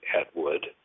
Atwood